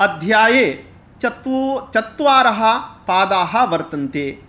अध्याये चतु चत्वारः पादाः वर्तन्ते